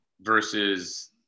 versus